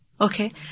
Okay